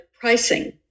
pricing